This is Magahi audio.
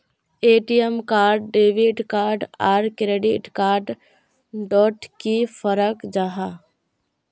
ए.टी.एम कार्ड डेबिट कार्ड आर क्रेडिट कार्ड डोट की फरक जाहा?